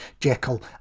Jekyll